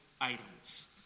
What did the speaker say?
items